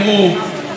הממשלה.